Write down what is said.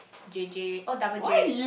J_J oh double J